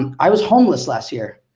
i was homeless last year,